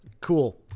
Cool